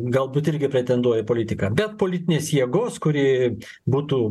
galbūt irgi pretenduoja į politiką bet politinės jėgos kuri būtų